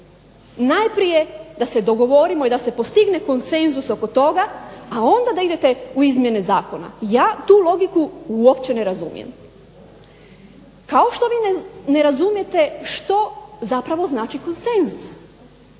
najprije da se dogovorimo i da se postigne konsenzus oko toga, a onda da idete u izmjene zakona. Ja tu logiku uopće ne razumijem, kao što vi ne razumijete što zapravo znači konsenzus.